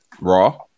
Raw